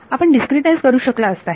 आपण डिस्क्रीटाईझ करू शकला असता हे